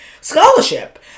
scholarship